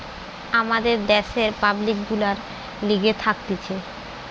আমাদের দ্যাশের পাবলিক গুলার লিগে থাকতিছে